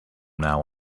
now